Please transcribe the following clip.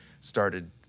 started